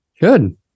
good